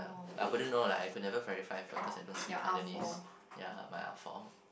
ah but then all like I could never verify first cause I don't speak Cantonese ya my fault